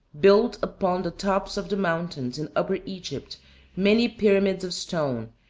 built upon the tops of the mountains in upper egypt many pyramids of stone,